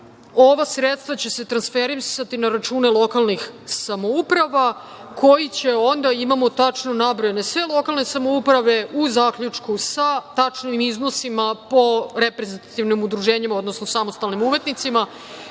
Ova sredstva će se transferisati na račune lokalnih samouprava koji će onda, imamo tačno nabrojane, sve lokalne samouprave u zaključku sa tačnim iznosima po reprezentativnim udruženjima, odnosno samostalnim umetnicima